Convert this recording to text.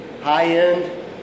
High-end